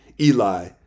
Eli